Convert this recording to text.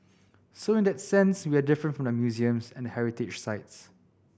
so in that sense we are different from the museums and the heritage sites